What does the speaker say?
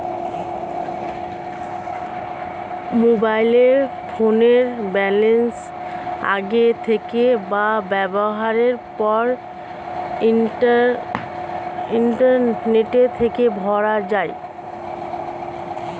mobile ফোনের balance আগের থেকে বা ব্যবহারের পর ইন্টারনেট থেকে ভরা যায়